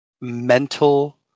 mental